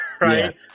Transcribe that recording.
right